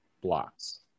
blocks